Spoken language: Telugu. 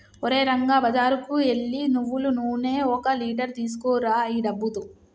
ఓరే రంగా బజారుకు ఎల్లి నువ్వులు నూనె ఒక లీటర్ తీసుకురా ఈ డబ్బుతో